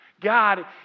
God